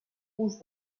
rouges